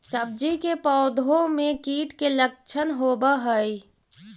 सब्जी के पौधो मे कीट के लच्छन होबहय?